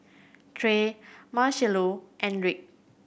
Trae Marchello and Rick